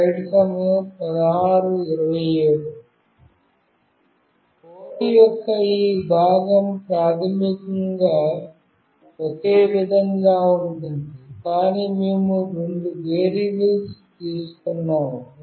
code యొక్క ఈ భాగం ప్రాథమికంగా ఒకే విధంగా ఉంటుంది కాని మేము రెండు వేరియబుల్స్ తీసుకున్నాము